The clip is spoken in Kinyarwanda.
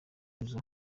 weasel